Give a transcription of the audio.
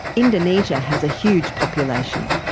indonesia has a huge population,